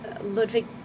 Ludwig